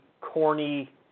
corny